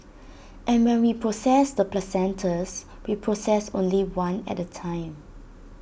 and when we process the placentas we process only one at A time